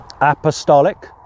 apostolic